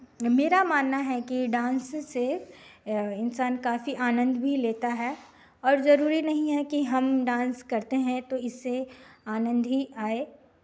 मेरा मानना है कि डांस से इंसान काफ़ी आनंद भी लेता है और ज़रूरी नहीं है कि हम डांस करते हैं तो इससे आनंद ही आए